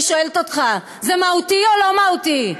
אני שואלת אותך: זה מהותי או לא מהותי?